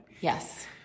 Yes